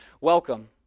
welcome